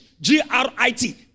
G-R-I-T